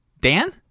Dan